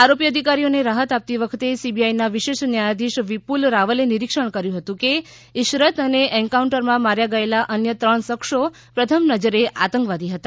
આરોપી અધિકારીઓને રાહત આપતી વખતે સીબીઆઈના વિશેષ ન્યાયાધીશ વિપુલ રાવલે નિરીક્ષણ કર્યું હતું કે ઇશરત અને એન્કાઉન્ટરમાં માર્યા ગયેલા અન્ય ત્રણ શખ્સો પ્રથમ નજરે આતંકવાદી હતા